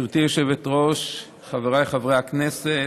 גברתי היושבת-ראש, חבריי חברי הכנסת,